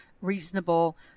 reasonable